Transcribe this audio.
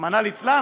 רחמנא ליצלן,